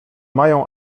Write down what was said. mają